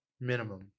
Minimum